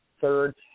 third